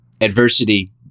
adversity